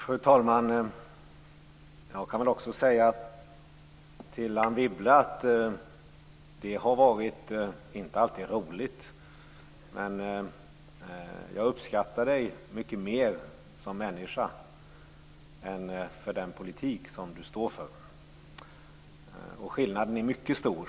Fru talman! Anne Wibble, det har inte alltid varit roligt. Jag uppskattar dig mycket mera som människa än jag uppskattar den politik som du står för. Skillnaden är, vill jag säga, mycket stor.